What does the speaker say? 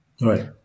Right